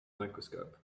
microscope